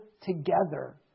together